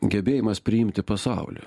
gebėjimas priimti pasaulį